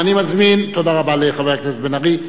תודה רבה לחבר הכנסת בן-ארי.